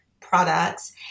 products